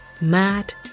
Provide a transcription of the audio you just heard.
mad